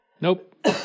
Nope